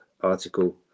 article